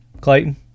Clayton